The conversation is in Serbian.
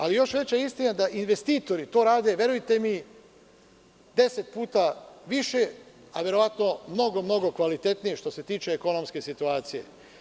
A još veća istina je da investitori to rade, verujte mi, 10 puta više, ali mnogo kvalitetnije što se tiče ekonomske situacije.